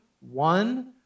one